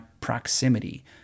proximity